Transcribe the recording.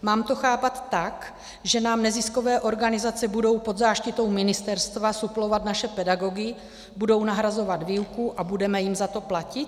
Mám to chápat tak, že nám neziskové organizace budou pod záštitou ministerstva suplovat naše pedagogy, budou nahrazovat výuku a budeme jim za to platit?